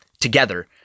Together